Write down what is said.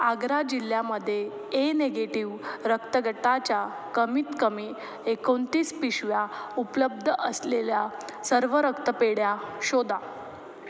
आग्रा जिल्ह्यामध्ये A negative रक्तगटाच्या कमीतकमी एकोणतीस पिशव्या उपलब्ध असलेल्या सर्व रक्तपेढ्या शोधा